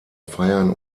feiern